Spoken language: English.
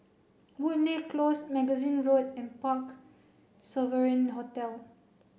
Woodleigh Close Magazine Road and Parc Sovereign Hotel